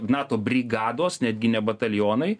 nato brigados netgi ne batalionai